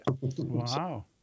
Wow